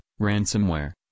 ransomware